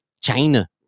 China